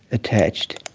attached,